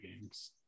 games